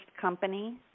company